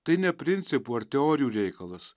tai ne principų ar teorijų reikalas